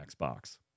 Xbox